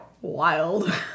Wild